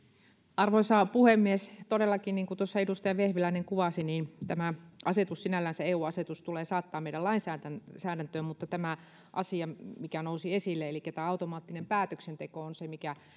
arvoisa puhemies todellakin niin kuin tuossa edustaja vehviläinen kuvasi niin tämä eu asetus sinällänsä tulee saattaa meidän lainsäädäntöön mutta tämä asia mikä nousi esille elikkä tämä automaattinen päätöksenteko on se mikä